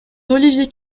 d’olivier